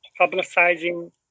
publicizing